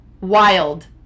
Wild